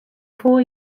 four